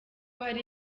hari